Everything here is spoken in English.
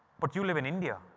but you live in india!